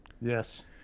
Yes